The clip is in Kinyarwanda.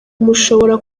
mushobora